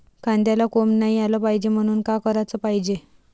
कांद्याला कोंब नाई आलं पायजे म्हनून का कराच पायजे?